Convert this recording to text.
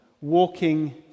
walking